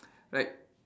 like